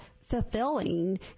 fulfilling